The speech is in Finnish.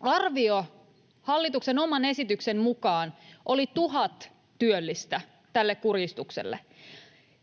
arvio hallituksen oman esityksen mukaan oli tuhat työllistä tälle kurjistukselle.